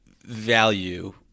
value